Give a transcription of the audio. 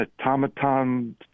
automaton